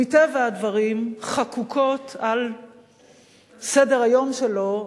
שמטבע הדברים חקוקות על סדר-היום שלו,